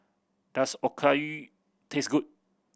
does Okayu taste good